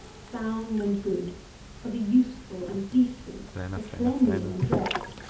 sound, and good for the useful, and decent, the cleanly in dress,